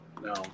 No